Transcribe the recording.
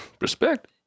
respect